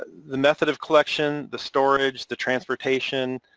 the method of collection, the storage, the transportation,